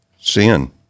Sin